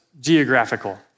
geographical